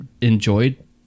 enjoyed